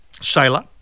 sailor